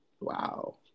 wow